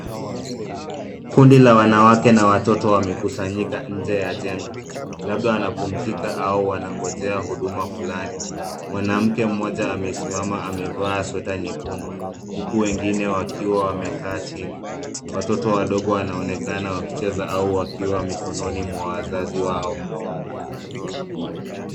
Kundi la wanawake na watoto wamekusanyika nje ya jengo, labda wanapumzika au wanangojea huduma fulani. Mwanamke mmoja amesimama amevaa sweta nyekundu, huku wengine wakiwa wamekaa chini. Watoto wadogo wanaonekana wakicheza au wakiwa mikononi mwa wazazi wao.